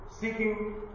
seeking